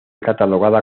catalogada